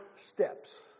steps